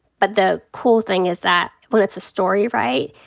but the cool thing is that when it's a story, right,